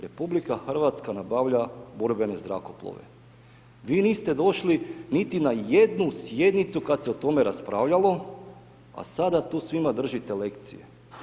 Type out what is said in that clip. RH nabavlja borbene zrakoplove, vi niste došli niti na jednu sjednicu kad se o tome raspravljalo, a sada tu svima držite lekcije.